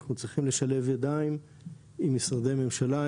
אנחנו צריכים לשלב ידיים עם משרדי ממשלה,